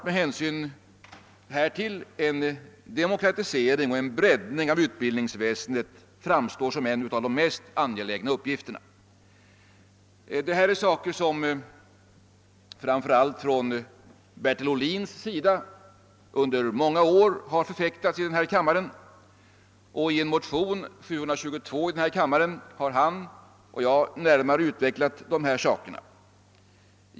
Med hänsyn härtill framstår en demokratisering och breddning av utbildningsväsendet som en av de mest angelägna uppgifterna. Det är sådana synpunkter som framför allt Bertil Ohlin under många år har förfäktat i denna kammare, och i en motion, II: 722, har han och jag närmare utvecklat dessa saker.